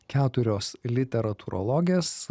keturios literatūrologės